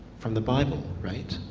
from the bible, right?